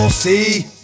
See